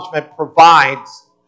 provides